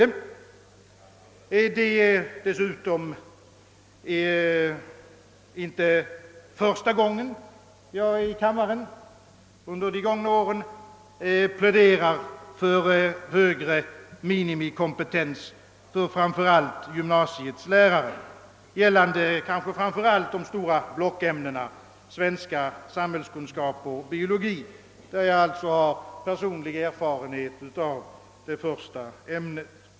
Det är dessutom inte första gången jag i kammaren pläderar för högre minimikompetens för framför allt gymnasiets lärare, gällande kanske framför allt de stora blockämnena svenska, samhällskunskap och biologi, i fråga om vilka jag har personlig erfarenhet av det första ämnet.